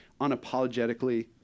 unapologetically